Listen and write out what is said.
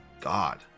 God